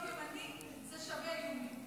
להיות ימני זה שווה איומים.